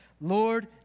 Lord